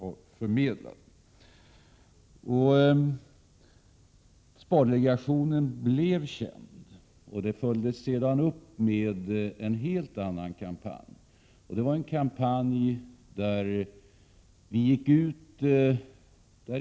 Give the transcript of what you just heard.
Tack vare denna kampanj blev spardelegationen känd, och man gick senare ut med en helt annan kampanj.